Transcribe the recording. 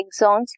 exons